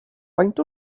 faint